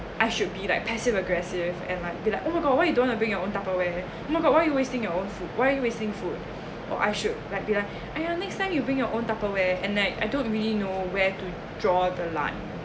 I should be like passive aggressive and like be like oh my god why you don't want to bring your own tupperware oh my god why you wasting your own food why are you wasting food or I should like be like !aiya! next time you bring your own tupperware and I I don't really know where to draw the line